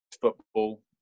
football